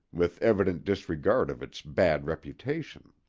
with evident disregard of its bad reputation.